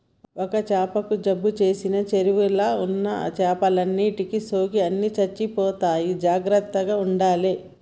ఒక్క చాపకు జబ్బు చేసిన చెరువుల ఉన్న చేపలన్నిటికి సోకి అన్ని చచ్చిపోతాయి జాగ్రత్తగ ఉండాలే